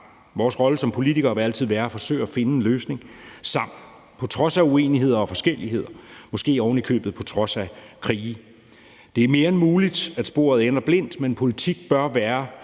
Vores rolle som politikere vil altid være at forsøge at finde en løsning sammen på trods af uenigheder og forskelligheder, måske ovenikøbet på trods af krige. Det er mere end muligt, at sporet ender blindt, men politik bør være